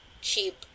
cheap